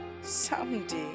someday